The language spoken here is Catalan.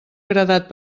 agradat